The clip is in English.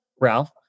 Ralph